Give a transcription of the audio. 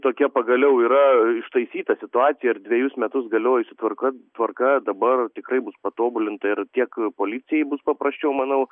tokia pagaliau yra ištaisyta situacija ir dvejus metus galiojusi tvarka tvarka dabar tikrai bus patobulinta ir tiek policijai bus paprasčiau manau